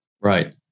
Right